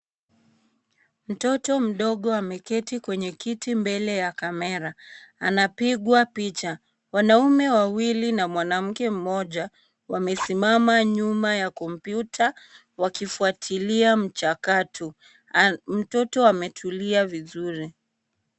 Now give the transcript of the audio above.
Mtoto mdogo ameketi kwenye kiti mbele ya kamera. Anapigwa picha. Wanaume wawili na mwanamke mmoja wamesimama nyuma ya kompyuta wakifuatilia mchakato. Mtoto ametulia vizuri.